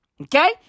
Okay